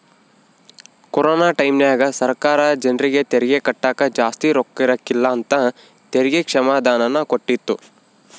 corona ಟೈಮ್ಯಾಗ ಸರ್ಕಾರ ಜರ್ನಿಗೆ ತೆರಿಗೆ ಕಟ್ಟಕ ಜಾಸ್ತಿ ರೊಕ್ಕಿರಕಿಲ್ಲ ಅಂತ ತೆರಿಗೆ ಕ್ಷಮಾದಾನನ ಕೊಟ್ಟಿತ್ತು